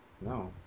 no